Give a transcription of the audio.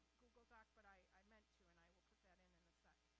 google doc, but i meant to and i will put that in in a sec.